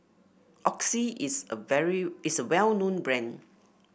Oxy is a very is a well known brand